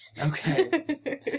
Okay